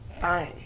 fine